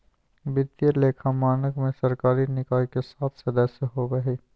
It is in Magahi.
वित्तीय लेखा मानक में सरकारी निकाय के सात सदस्य होबा हइ